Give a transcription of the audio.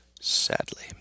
Sadly